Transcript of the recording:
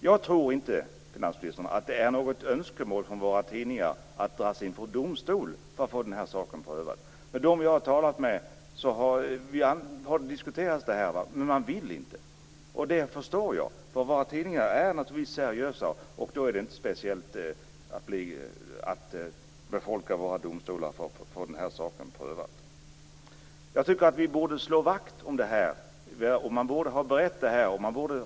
Jag tror inte, finansministern, att det är något önskemål från våra tidningar att dras inför domstol för att få saken prövad. Bland dem jag har talat med diskuteras det, men man vill inte. Och det förstår jag. Våra tidningar är naturligtvis seriösa, och då är det inte något speciellt att befolka våra domstolar för att få saken prövad. Jag tycker att vi borde slå vakt om den här frågan och att man borde ha berett den.